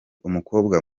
umukobwa